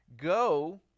Go